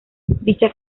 dicha